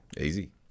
Easy